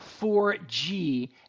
4G